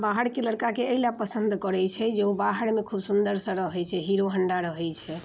बाहरके लड़िकाके अइ लऽ पसन्द करै छै जे ओ बाहरमे खूब सुन्दरसँ रहै छै हीरो होण्डा रहै छै